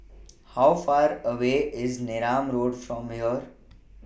How Far away IS Neram Road from here